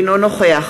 אינו נוכח